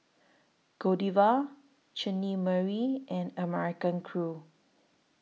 Godiva Chutney Mary and American Crew